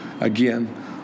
again